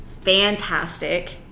fantastic